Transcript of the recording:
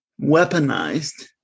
weaponized